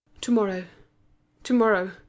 Tomorrow—Tomorrow—